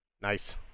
Nice